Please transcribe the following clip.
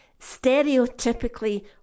stereotypically